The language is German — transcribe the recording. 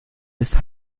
des